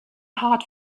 hard